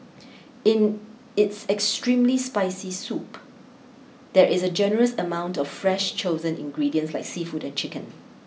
in its extremely spicy soup there is a generous amount of fresh chosen ingredients like seafood and chicken